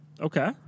Okay